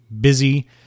busy